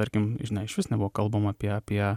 tarkim išvis nebuvo kalbama apie apie